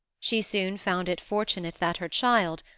she soon found it fortunate that her child,